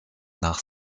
nach